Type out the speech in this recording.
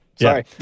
Sorry